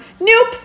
Nope